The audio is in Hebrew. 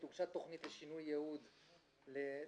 הוגשה תוכנית לשינוי יעוד לציבורי.